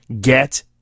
Get